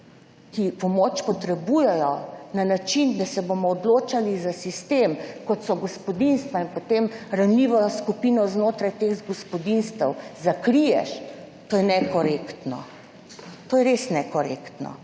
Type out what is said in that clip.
ki pomoč potrebujejo, na način, da se bomo odločali za sistem kot so gospodinjstva in potem ranljivo skupino znotraj teh gospodinjstev zakriješ, to je nekorektno, to je res nekorektno.